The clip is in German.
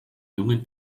jungen